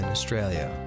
Australia